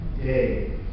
Day